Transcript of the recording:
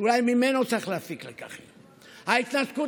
שאולי ממנו צריך להפיק לקחים: ההתנתקות